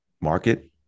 market